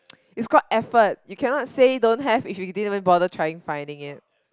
it's called effort you cannot say don't have if you didn't even bother trying finding it